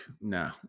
no